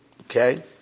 Okay